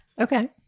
Okay